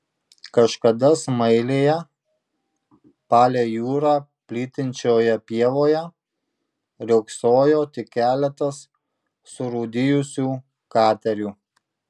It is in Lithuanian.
kažkada smailėje palei jūrą plytinčioje pievoje riogsojo tik keletas surūdijusių katerių